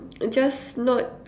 just not